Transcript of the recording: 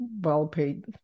well-paid